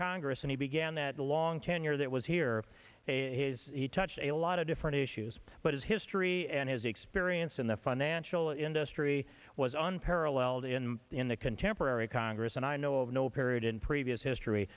congress and he began that long tenure that was here and his he touched a lot of different issues but his history and his experience the financial industry was unparalleled in the in the contemporary congress and i know of no period in previous history